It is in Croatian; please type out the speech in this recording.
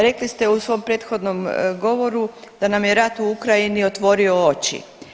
Rekli ste u svom prethodnom govoru da nam je rat u Ukrajini otvorio oči.